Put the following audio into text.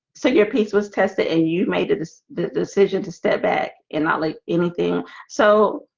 so your piece was tested and you made it this decision to step back and not like anything so